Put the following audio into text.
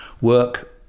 Work